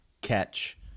catch